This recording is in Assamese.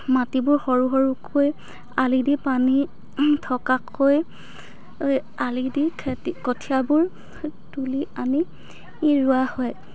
মাটিবোৰ সৰু সৰুকৈ আলি দি পানী থকাকৈ আলি দি খেতি কঠিয়াবোৰ তুলি আনি ৰোৱা হয়